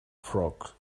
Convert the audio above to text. frogs